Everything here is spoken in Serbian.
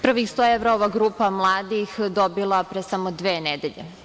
Prvih 100 evra ova grupa mladih je dobila pre samo dve nedelje.